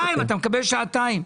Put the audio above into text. אתה מקבל שעתיים.